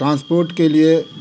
transport के लिए